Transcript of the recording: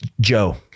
Joe